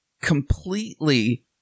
completely